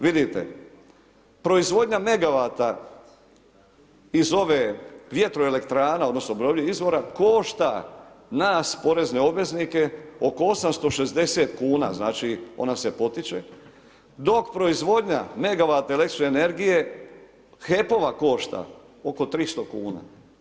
Vidite, proizvodnja megavata iz ove vjetroelektrana, odnosno obnovljivih izvora košta nas porezne obveznike oko 860 kuna, znači ona se potiče dok proizvodnja megavat električne energije HEP-ova košta oko 300 kuna.